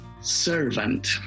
servant